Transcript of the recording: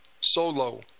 solo